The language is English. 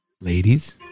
Ladies